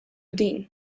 din